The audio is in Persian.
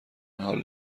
حال